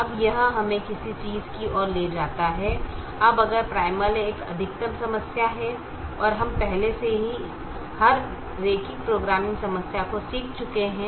अब यह हमें किसी चीज़ की ओर ले जाता है अब अगर प्राइमल एक अधिकतम समस्या है और हम पहले से ही हर रैखिक प्रोग्रामिंग समस्या को सीख चुके हैं